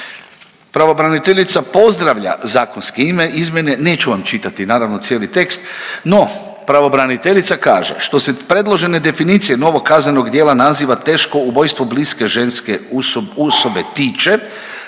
Pravobraniteljica pozdravlja zakonske izmjene neću vam čitati naravno cijeli tekst, no pravobraniteljica kaže. Što se predložene definicije novog kaznenog djela naziva teško ubojstvo bliske ženske osobe tiče,